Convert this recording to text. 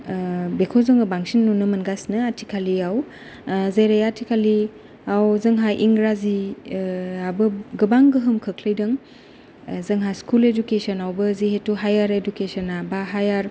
बेखौ जोङो बांसिन नुनो मोनगासिनो आथिखालियाव जेरै आथिखालियाव जोंहा इंराजि आबो गोबां गोहोम खोख्लैदों जोंहा स्कुल इदुकेसनावबो जेहेतु हायेर इदुकेसना बा हायेर